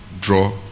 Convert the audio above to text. draw